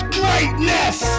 greatness